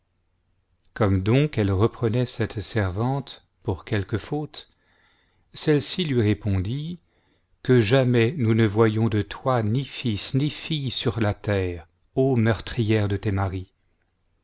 comme donc elle reprenait cette servante pour quelque faute celle-ci lui répondit que jamais nous ne voyons de toi ni fils ni fille sur la terre ô meurtrière de tes maris